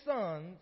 sons